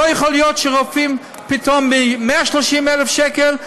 לא יכול להיות שרופאים, פתאום, מ-130,000 שקל,